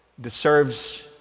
deserves